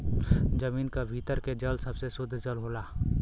जमीन क भीतर के जल सबसे सुद्ध जल होला